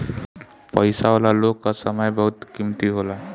पईसा वाला लोग कअ समय बहुते कीमती होला